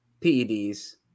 PEDs